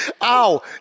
Ow